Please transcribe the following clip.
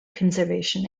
conservation